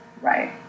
Right